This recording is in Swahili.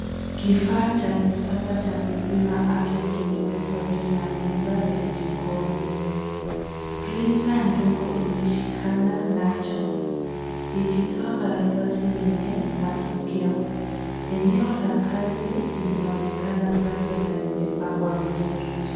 kifaa cha kisasa cha kupima afya kimewekwa juu ya meza ya jikoni. Printa ndogo imeshikana nacho ikitoa karatasi yenye matokeo. Eneo la kazi linaonekana safi na limepangwa vizuri.